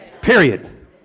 Period